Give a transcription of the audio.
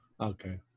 Okay